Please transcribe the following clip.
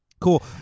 Cool